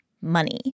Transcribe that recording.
money